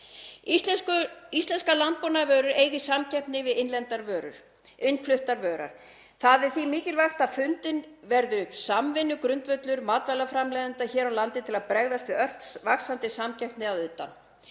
Íslenskar landbúnaðarvörur eiga í samkeppni við innfluttar vörur. Það er því mikilvægt að fundinn verði upp samvinnugrundvöllur matvælaframleiðenda hér á landi til að bregðast við ört vaxandi samkeppni að utan.